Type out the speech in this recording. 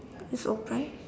it's open